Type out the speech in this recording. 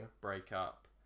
breakup